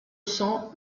cents